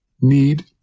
Need